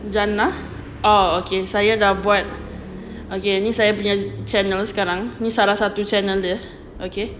jannah oh okay saya dah buat okay ni saya punya channel sekarang ni salah satu channel dia okay